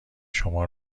شما